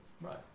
Right